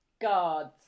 Guards